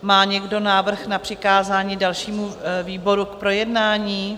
Má někdo návrh na přikázání dalšímu výboru k projednání?